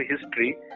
history